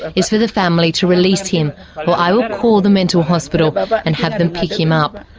is for the family to release him or i will call the mental hospital but but and have them pick him up.